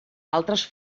altres